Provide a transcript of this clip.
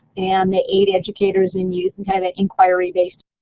and they aid educators and youth and have an inquiry-based